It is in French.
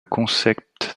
concept